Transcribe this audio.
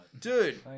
Dude